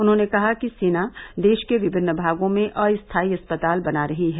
उन्होंने कहा कि सेना देश के विभिन्न भागों में अस्थायी अस्पताल बना रही है